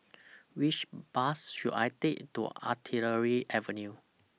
Which Bus should I Take to Artillery Avenue